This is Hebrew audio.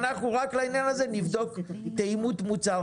אנחנו רק לעניין הזה נבדוק תאימות מוצר,